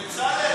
בצלאל,